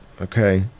okay